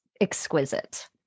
exquisite